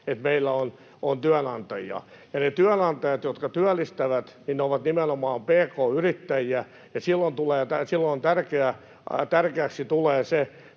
että meillä on työnantajia. Ne työnantajat, jotka työllistävät, ovat nimenomaan pk-yrittäjiä, ja silloin tärkeäksi tulee se,